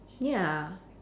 ya